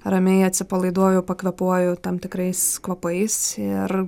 ramiai atsipalaiduoju pakvėpuoju tam tikrais kvapais ir